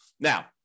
Now